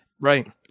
Right